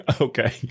okay